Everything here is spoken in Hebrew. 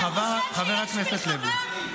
אתה חושב שיש מלחמה?